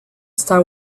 star